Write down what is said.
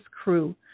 crew